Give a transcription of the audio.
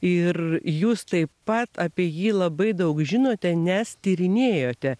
ir jūs taip pat apie jį labai daug žinote nes tyrinėjote